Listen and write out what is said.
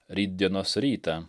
rytdienos rytą